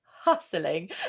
hustling